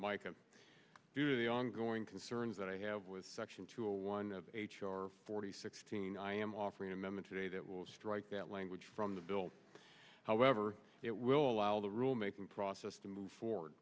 mike of the ongoing concerns that i have with section two or one of h r forty sixteen i am offering amendments today that will strike that language from the bill however it will allow the rulemaking process to move forward